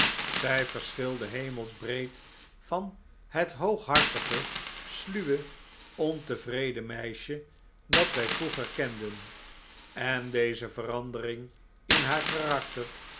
zij verschilde hemelsbreed van het hooghartige sluwe ontevreden meisje dat wij vroeger kenden en deze verandering in haar karakter